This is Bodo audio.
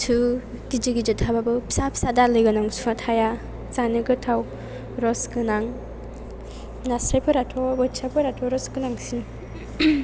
सु गिदिर गिदिर थाब्लाबो फिसा फिसा दालाइ गोनां सुआ थाया जानो गोथाव रस गोनां नास्रायफोराथ' बोथियाफोराथ' रस गोनांसिन